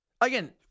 Again